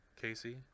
Casey